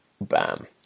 bam